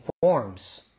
forms